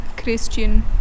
christian